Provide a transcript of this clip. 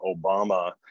obama